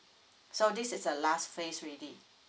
so this is the last phase already